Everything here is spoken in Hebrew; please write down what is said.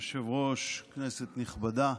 אדוני היושב-ראש, כנסת נכבדה,